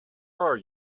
are